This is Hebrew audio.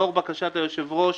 לאור בקשת היושב-ראש,